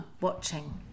watching